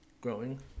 growing